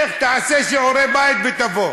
לך תעשה שיעורי בית ותבוא.